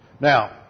Now